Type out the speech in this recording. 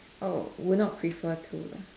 oh would not prefer to lah